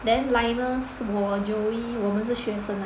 then Linus 我 Joey 我们是学生